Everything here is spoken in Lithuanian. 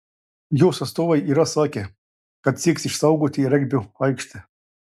jos atstovai yra sakę kad sieks išsaugoti regbio aikštę